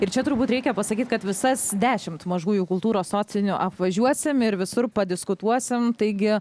ir čia turbūt reikia pasakyt kad visas dešimt mažųjų kultūros sostinių apvažiuosim ir visur padiskutuosim taigi